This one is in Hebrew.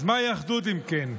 אז מהי אחדות, אם כן?